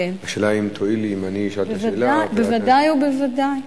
השאלה אם תואילי אם אני אשאל את השאלה בוודאי ובוודאי.